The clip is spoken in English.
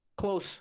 Close